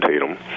Tatum